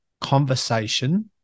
conversation